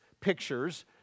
pictures